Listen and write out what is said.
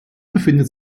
befindet